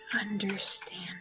understand